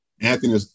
Anthony